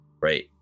right